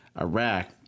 Iraq